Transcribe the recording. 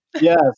Yes